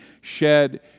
shed